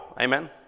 Amen